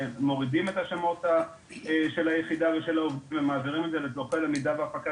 מורידים את השמות של היחידה ושל העובדים ומעבירים את זה למחלקת